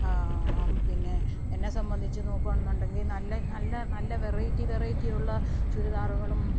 പിന്നെ എന്നെ സംബന്ധിച്ച് നോക്കുവാണെന്നുണ്ടെങ്കിൽ നല്ല നല്ല വെറൈറ്റി വെറൈറ്റിയുള്ള ചുരിദാറുകളും